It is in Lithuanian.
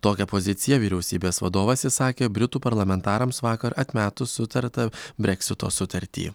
tokią poziciją vyriausybės vadovas išsakė britų parlamentarams vakar atmetus sutartą breksito sutartį